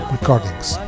Recordings